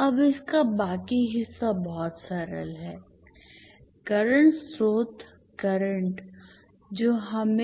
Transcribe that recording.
अब इसका बाकी हिस्सा बहुत सरल है करंट स्रोत करंट जो हम